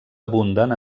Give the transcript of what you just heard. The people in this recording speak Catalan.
abunden